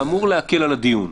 -- זה אמור להקל על הדיון.